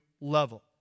level